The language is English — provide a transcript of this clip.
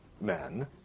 men